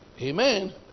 amen